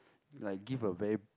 like give a very